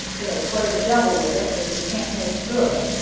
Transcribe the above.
it'll play the devil with us if we can't make good